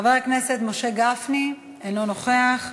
חבר הכנסת משה גפני, אינו נוכח,